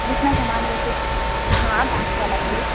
जितना सामान होइत छै हँ बाँसवला सूप